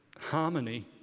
Harmony